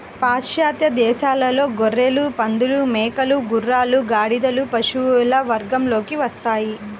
పాశ్చాత్య దేశాలలో గొర్రెలు, పందులు, మేకలు, గుర్రాలు, గాడిదలు పశువుల వర్గంలోకి వస్తాయి